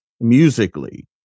musically